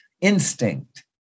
instinct